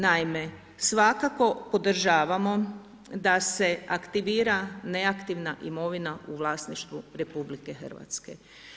Naime, svakako podržavamo da se aktivira neaktivna imovina u vlasništvu Republike Hrvatske.